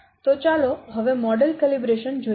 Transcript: તો ચાલો હવે મોડેલ કેલિબ્રેશન જોઈએ